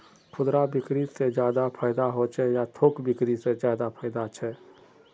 खुदरा बिक्री से ज्यादा फायदा होचे या थोक बिक्री से ज्यादा फायदा छे?